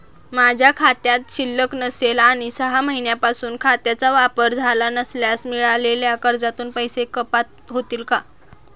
माझ्या खात्यात शिल्लक नसेल आणि सहा महिन्यांपासून खात्याचा वापर झाला नसल्यास मिळालेल्या कर्जातून पैसे कपात होतील का?